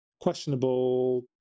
questionable